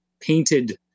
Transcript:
painted